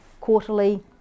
quarterly